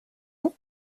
nous